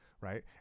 right